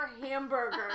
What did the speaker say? Hamburger